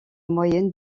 moyenne